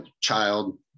child